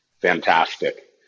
Fantastic